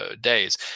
days